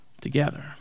together